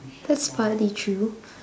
that's partly true